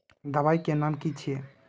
दबाई के नाम की छिए?